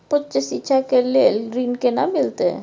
उच्च शिक्षा के लेल ऋण केना मिलते?